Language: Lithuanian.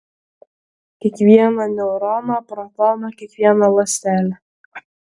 kiekvieną neuroną protoną kiekvieną ląstelę